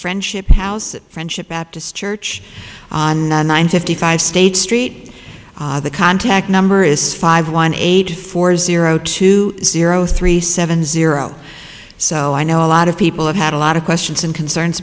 friendship house at friendship baptist church on nine fifty five states street the contact number is five one eight four zero two zero three seven zero so i know a lot of people have had a lot of questions and concerns